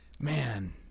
Man